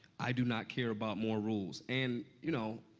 i do not care about more rules. and, you know,